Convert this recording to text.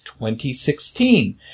2016